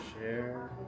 Share